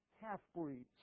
half-breeds